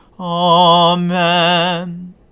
Amen